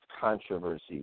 controversy